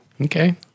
Okay